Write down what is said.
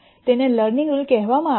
તેને learning rule કેમ કહેવામાં આવે છે